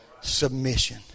submission